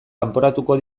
kanporatuko